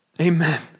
Amen